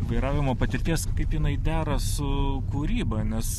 vairavimo patirties kaip jinai dera su kūryba nes